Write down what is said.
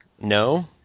No